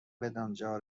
بدانجا